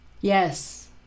Yes